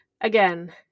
again